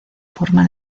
forma